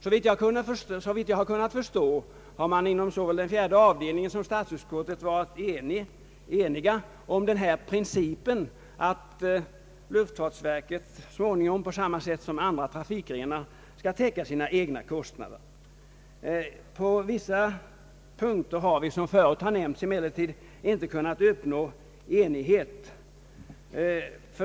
Såvitt jag kan förstå, har man såväl inom fjärde avdelningen som i statsutskottet varit överens om att luftfartsverket så småningom på samma sätt som andra trafikgrenar skall täcka sina egna kostnader. På vissa punkter har vi, som förut nämnts, emellertid inte kunnat uppnå enighet.